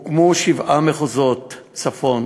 הוקמו שבעה מחוזות: צפון,